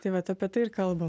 tai vat apie tai ir kalbam